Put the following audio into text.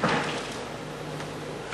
את זכרם